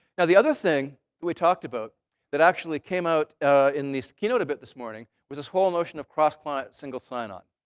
now, the other thing we talked about that actually came out in this keynote a bit this morning was this whole notion of cross-client single sign-on.